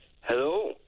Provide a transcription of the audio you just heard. Hello